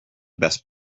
best